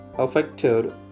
affected